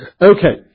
Okay